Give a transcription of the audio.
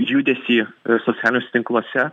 judesį socialiniuose tinkluose